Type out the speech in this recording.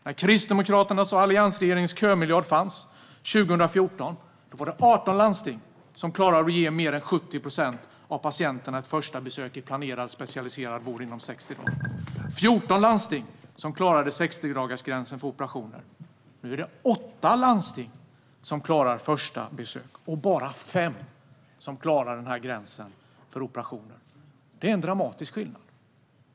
När Kristdemokraternas och alliansregeringens kömiljard fanns 2014 var det 18 landsting som klarade att ge mer än 70 procent av patienterna ett första besök i planerad specialiserad vård inom 60 dagar. Det var 14 landsting som klarade 60-dagarsgränsen för operationer. Nu är det åtta landsting som klarar det första besöket och bara fem som klarar gränsen för operationer. Det är en dramatisk skillnad.